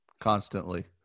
Constantly